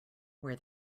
where